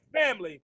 family